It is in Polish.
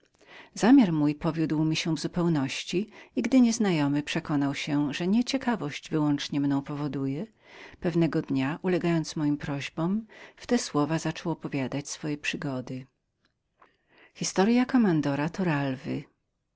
zamiar mój powiódł mi się w zupełności i gdy nieznajomy przekonał się że nie ciekawość wyłącznie mną powodowała pewnego dnia ulegając moim prośbom w te słowa zaczął opowiadać swoje przygody